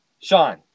Sean